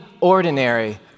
ordinary